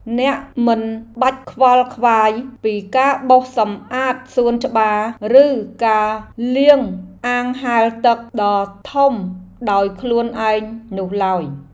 អ្នកមិនបាច់ខ្វល់ខ្វាយពីការបោសសម្អាតសួនច្បារ ឬការលាងអាងហែលទឹកដ៏ធំដោយខ្លួនឯងនោះឡើយ។